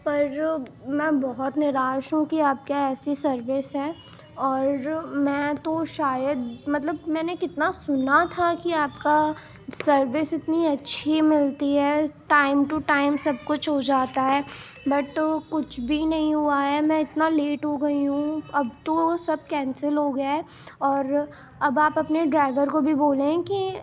پر میں بہت نراش ہوں کہ آپ کے یہاں ایسی سروس ہے اور میں تو شاید مطلب میں نے کتنا سنا تھا كہ آپ كا سروس اتنی اچّھی ملتی ہے ٹائم ٹو ٹائم سب کچھ ہو جاتا ہے بٹ کچھ بھی نہیں ہوا ہے میں اتنا لیٹ ہو گئی ہوں اب تو سب کینسل ہو گیا ہے اور اب آپ اپنے ڈرائیور کو بھی بولیں کہ